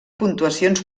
puntuacions